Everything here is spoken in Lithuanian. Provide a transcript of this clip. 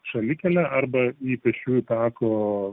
šalikelę arba į pėsčiųjų tako